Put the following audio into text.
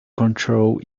control